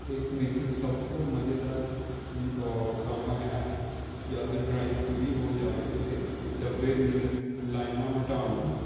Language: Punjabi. ਇਸ ਵਿੱਚ ਸਭ ਤੋਂ ਮਜੇਦਾਰ ਕੰਮ ਹੈ ਜਦੋਂ ਡਰਾਇੰਗ ਪੂਰੀ ਹੋ ਜਾਵੇ ਤਾਂ ਡੱਬੇ ਦੀ ਲਕੀ ਲਾਈਨਾਂ ਮਿਟਾਉਣ ਦਾ